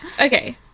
Okay